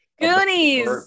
Goonies